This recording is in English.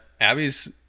Abby's